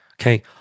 okay